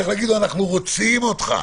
צריך להגיד לו: אנחנו רוצים אותך.